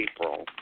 April